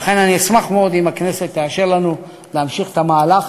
ולכן אני אשמח מאוד אם הכנסת תאשר לנו להמשיך את המהלך